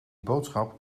boodschap